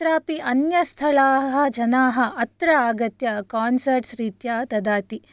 कुत्रापि अन्यस्थलाः जनाः अत्र आगत्य कांसर्ट्स् रीत्या ददाति